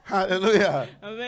Hallelujah